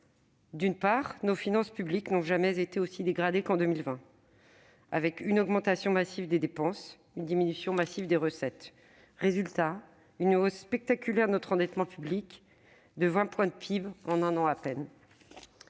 D'une part, nos finances publiques n'ont jamais été aussi dégradées qu'en 2020, avec à la fois une augmentation massive des dépenses et une diminution massive des recettes. Résultat : une hausse spectaculaire de notre endettement public de 20 points de PIB en un an à peine.